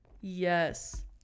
yes